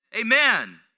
amen